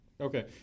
Okay